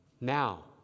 now